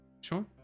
Sure